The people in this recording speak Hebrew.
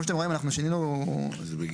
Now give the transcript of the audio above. חלפו שבע שנים מהמועד שבו ניתנו היתר בנייה